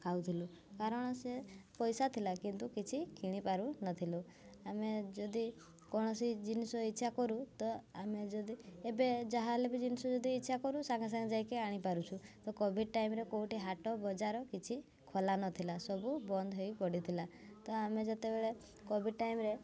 ଖାଉଥିଲୁ କାରଣ ସେ ପଇସା ଥିଲା କିନ୍ତୁ କିଛି କିଣି ପାରୁନଥିଲୁ ଆମେ ଯଦି କୌଣସି ଜିନିଷ ଇଛା କରୁ ତ ଆମେ ଯଦି ଏବେ ଯାହା ହେଲେବି ଯଦି ଜିନିଷ ଇଛା କରୁ ସାଙ୍ଗେ ସାଙ୍ଗେ ଯାଇକି ଆଣିପାରୁଛୁ ତ କୋଭିଡ଼୍ ଟାଇମ୍ ରେ କେଉଁଠି ହାଟ ବଜାର କିଛି ଖୋଲା ନଥିଲା ସବୁ ବନ୍ଦ ହୋଇ ପଡ଼ିଥିଲା ତ ଆମେ ଯେତେବେଳେ କୋଭିଡ଼୍ ଟାଇମ୍ ରେ